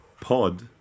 pod